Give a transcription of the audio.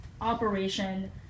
operation